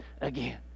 again